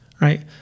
right